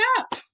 up